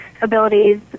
abilities